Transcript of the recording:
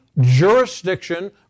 jurisdiction